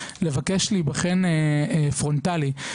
לבקש להיבחן פרונטלי.